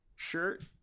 shirt